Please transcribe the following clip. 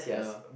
ya